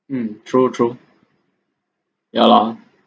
mm true true ya lah